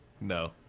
No